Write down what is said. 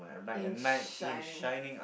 in shining